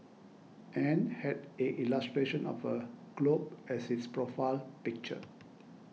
and had a illustration of a globe as its profile picture